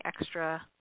extra –